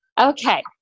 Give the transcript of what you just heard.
okay